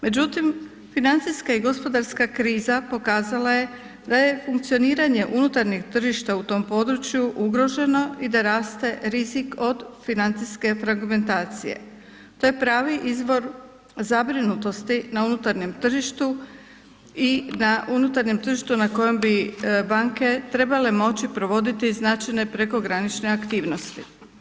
Međutim, financijska i gospodarska kriza pokazala je da je funkcioniranje unutarnjeg tržišta u tom području ugroženo i da raste rizik od financijske fragmentacije, to je pravi izvor zabrinutosti na unutarnjem tržištu i na unutarnjem tržištu na kojem bi banke trebale moći provoditi značajne prekogranične aktivnosti.